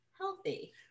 healthy